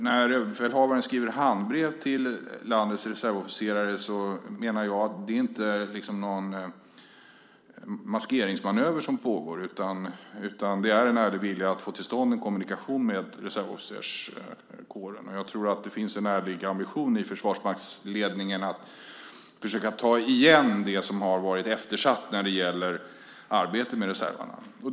När överbefälhavaren skriver handbrev till landets reservofficerare menar jag att det inte är en maskeringsmanöver som pågår. Det är en ärlig vilja att få till stånd en kommunikation med reservofficerskåren. Jag tror att det finns en ärlig ambition i försvarsmaktsledningen att försöka ta igen det som har varit eftersatt när det gäller arbetet med reservarna.